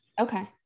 Okay